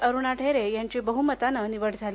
अरुणा ढेरे ह्यांची बह्मतान निवड झाली